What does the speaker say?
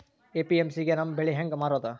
APMC ಗೆ ನಮ್ಮ ಬೆಳಿ ಹೆಂಗ ಮಾರೊದ?